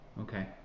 okay